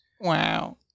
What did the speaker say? Wow